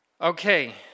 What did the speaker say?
Okay